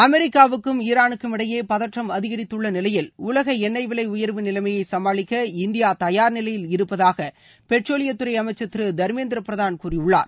அமெரிக்காவுக்கும் ஈரானுக்கும் இடையே பதற்றம் அதிகரித்துள்ள நிலையில் உலக எண்ணெய் விலை உயர்வு நிலைமையை சமாளிக்க இந்தியா தயார் நிலையில் இருப்பதாக பெட்ரோலியத் துறை அமைச்சர் திரு தர்மோந்திர பிரதான் கூறியிருக்கிறார்